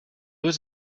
was